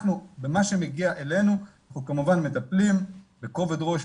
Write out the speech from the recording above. במה שמגיע אלינו אנחנו כמובן מטפלים בכבוד ראש,